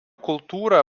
kultūra